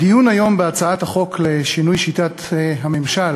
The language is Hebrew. הדיון היום בהצעת החוק לשינוי שיטת הממשל,